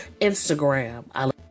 Instagram